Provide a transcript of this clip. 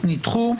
ההסתייגויות נדחו.